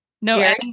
No